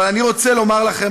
אבל אני רוצה לומר לכם,